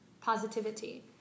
positivity